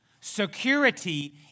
Security